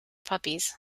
puppies